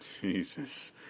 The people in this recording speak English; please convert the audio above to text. Jesus